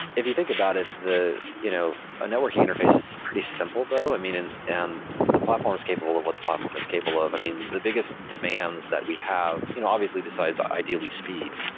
if you think about it, a you know ah networking interface is pretty simple though. i mean, and and the platform is capable of what the platform is capable of. i mean, the biggest demands that we have, you know obviously besides ideally speed,